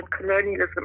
colonialism